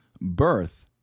Birth